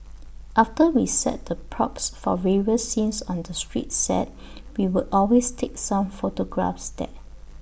after we set the props for various scenes on the street set we would always take some photographs there